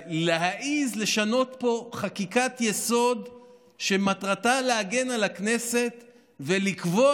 להעז לשנות פה חקיקת-יסוד שמטרתה להגן על הכנסת ולקבוע